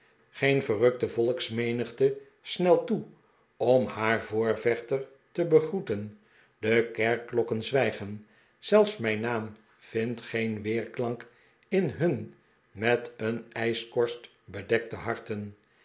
geen verrukte volksmenigte snelt toe om haar voorvechter te begroeten de kerkklokken zwijgen zelfs mijn naam vindt geen weerklank in hun met een ijskorst bedekte harten